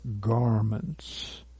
garments